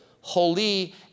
holy